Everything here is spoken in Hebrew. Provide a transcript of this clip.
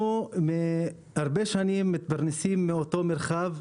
אנחנו כבר שנים רבות מתפרנסים מאותו מרחב,